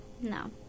no